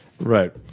Right